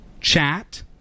chat